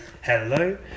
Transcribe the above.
hello